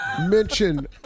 Mention